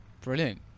Brilliant